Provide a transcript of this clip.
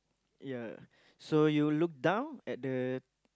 ya so you look down at the